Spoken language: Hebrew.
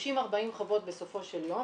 40-30 חוות בסופו של יום